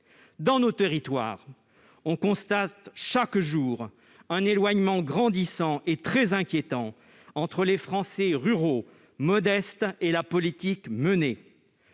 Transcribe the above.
Dans nos territoires, on constate chaque jour un éloignement grandissant et très inquiétant entre les Français ruraux modestes et la politique menée.